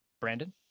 Brandon